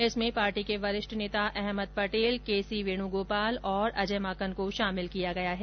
इसमें पार्टी के वरिष्ठ नेता अहमद पटेल के सी वेणुगोपाल और अजय माकन को शामिल किया गया है